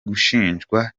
gushinjwa